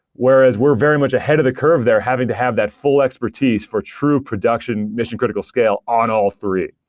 whereas we're very much ahead of the curve there having to have that full expertise for true production mission-critical scale on all three.